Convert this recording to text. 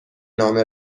نامه